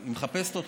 היא מחפשת אותך.